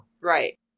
Right